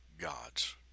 God's